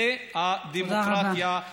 זו הדמוקרטיה, תודה רבה.